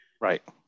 Right